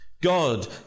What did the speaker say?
God